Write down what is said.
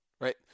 right